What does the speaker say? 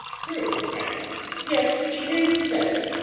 true and yet it is said,